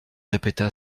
répéta